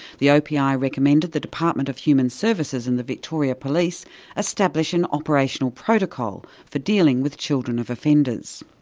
the opi ah recommended the department of human services and the victoria police establish an operational protocol for dealing with children of offenders.